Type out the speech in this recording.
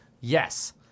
Yes